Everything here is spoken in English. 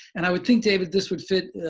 and i would think, david, this would fit,